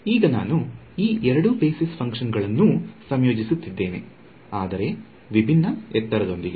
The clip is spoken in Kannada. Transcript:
ಈಗ ನಾನು ಈ ಎರಡು ಬೇಸಿಸ್ ಫಂಕ್ಷನ್ ಗಳನ್ನೂ ಸಂಯೋಜಿಸುತ್ತಿದ್ದೇನೆ ಆದರೆ ವಿಭಿನ್ನ ಎತ್ತರದೊಂದಿಗೆ